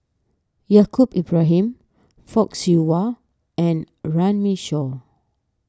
Yaacob Ibrahim Fock Siew Wah and Runme Shaw